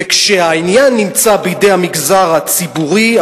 וכשהעניין נמצא בידי המגזר הציבורי,